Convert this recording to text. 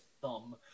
thumb